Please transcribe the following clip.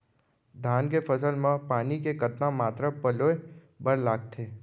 धान के फसल म पानी के कतना मात्रा पलोय बर लागथे?